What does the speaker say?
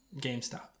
GameStop